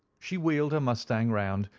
she wheeled her mustang round,